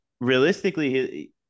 realistically